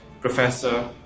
Professor